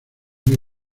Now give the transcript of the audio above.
muy